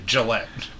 Gillette